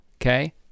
okay